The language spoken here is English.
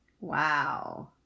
wow